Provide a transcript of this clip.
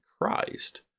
Christ